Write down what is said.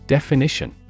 Definition